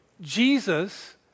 Jesus